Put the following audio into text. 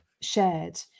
shared